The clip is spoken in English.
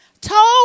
told